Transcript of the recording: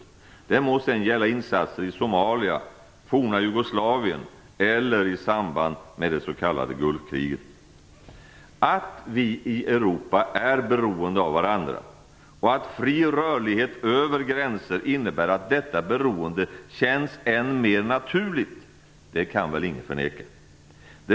Det må sedan gälla insatser i Somalia eller det forna Jugoslavien eller i samband med det s.k. Gulfkriget. Att vi i Europa är beroende av varandra och att fri rörlighet över gränserna innebär att detta beroende känns än mer naturligt, det kan väl ingen förneka.